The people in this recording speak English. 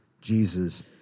Jesus